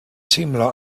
teimlo